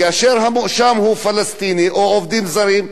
כאשר המואשם הוא פלסטיני או עובדים זרים,